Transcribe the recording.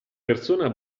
persona